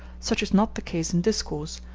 such is not the case in discourse,